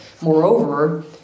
Moreover